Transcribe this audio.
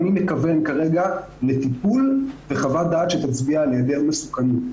אני מכוון כרגע לטיפול וחוות דעת שתצביע על היעדר מסוכנות.